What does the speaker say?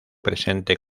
presente